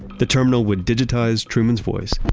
the terminal would digitize truman's voice,